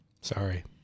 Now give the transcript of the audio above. Sorry